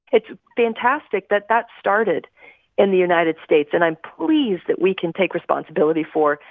it's fantastic that that started in the united states, and i'm pleased that we can take responsibility for,